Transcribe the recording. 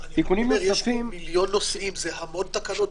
יש המון נושאים והמון תקנות.